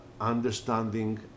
understanding